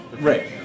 Right